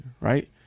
right